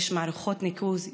יש מערכות ניקוז,